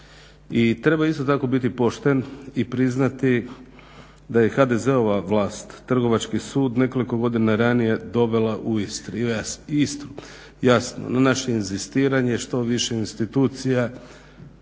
i treba isto tako biti pošten i priznati da je HDZ-ova vlast trgovački sud nekoliko godina ranije dovela u Istru. Jasno na naše inzistiranje što više institucija,